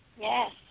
Yes